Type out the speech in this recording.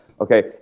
Okay